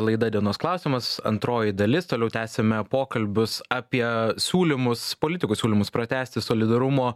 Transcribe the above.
laida dienos klausimas antroji dalis toliau tęsiame pokalbius apie siūlymus politikų siūlymus pratęsti solidarumo